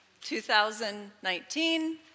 2019